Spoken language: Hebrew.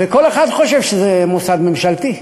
וכל אחד חושב שזה מוסד ממשלתי.